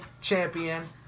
champion